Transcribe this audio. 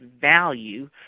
value